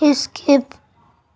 skip